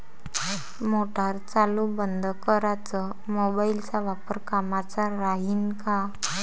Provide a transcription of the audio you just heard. Motor चालू बंद कराच मोबाईलचा वापर कामाचा राहीन का?